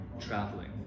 traveling